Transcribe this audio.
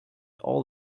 all